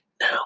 now